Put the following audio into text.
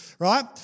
Right